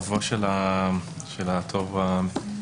אויבו של הטוב הוא המצוין,